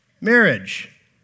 marriage